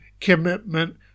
commitment